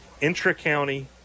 intra-county